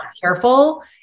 careful